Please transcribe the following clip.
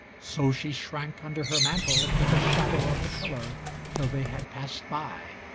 so she shrank under her mantle into the shadow of the pillar till they had passed by,